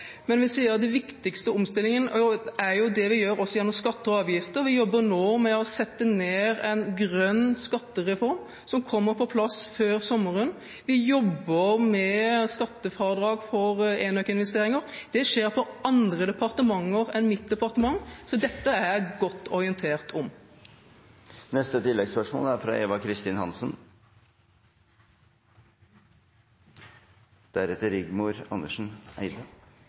vi gjør gjennom skatter og avgifter. Vi jobber nå med en grønn skattereform, som kommer på plass før sommeren. Vi jobber med skattefradrag for enøkinvesteringer. Det skjer i andre departementer enn i mitt departement. Så dette er man godt orientert om. Eva Kristin Hansen – til oppfølgingsspørsmål. Jeg tror det er